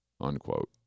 unquote